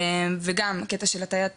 וגם הטעיית